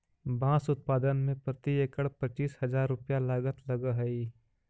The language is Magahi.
बाँस उत्पादन में प्रति एकड़ पच्चीस हजार रुपया लागत लगऽ हइ